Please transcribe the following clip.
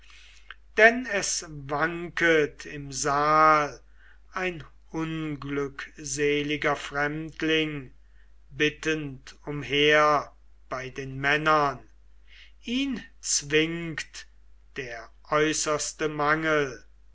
denn es wanket im saal ein unglückseliger fremdling bittend umher bei den männern ihn zwingt der äußerste mangel